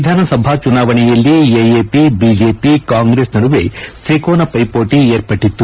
ವಿಧಾನಸಭಾ ಚುನಾವಣೆಯಲ್ಲಿ AAP BJP Congress ನಡುವೆ ತ್ರಿಕೋನ ಪೈಪೋಟಿ ಏರ್ಪಟ್ಲಿತ್ತು